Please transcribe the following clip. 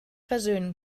versöhnen